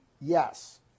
yes